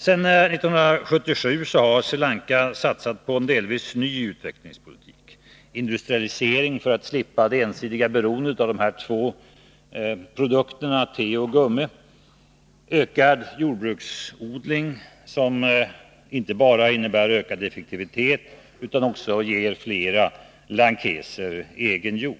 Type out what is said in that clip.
Sedan 1977 har Sri Lanka satsat på en delvis ny utvecklingspolitik: industrialisering för att slippa det ensidiga beroendet av de här två produkterna te och gummi samt ökad jordbruksodling, som inte bara innebär ökad effektivitet utan också ger fler lankeser egen jord.